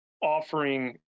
offering